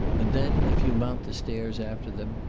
and then, if you mount the stairs after them,